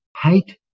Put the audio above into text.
hate